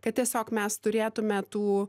kad tiesiog mes turėtume tų